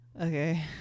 okay